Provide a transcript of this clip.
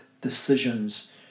decisions